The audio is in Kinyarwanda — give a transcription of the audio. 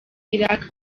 iraq